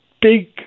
big